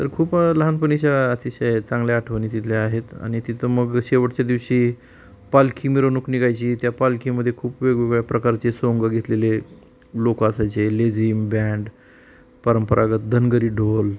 तर खूप लहानपणीच्या अतिशय चांगल्या आठवणी तिथल्या आहेत आणि तिथं मग शेवटच्या दिवशी पालखी मिरवणूक निघायची त्या पालखीमध्ये खूप वेगवेगळ्या प्रकारचे सोंगं घेतलेले लोक असायचे लेझीम ब्यॅंड परंपरागत धनगरी ढोल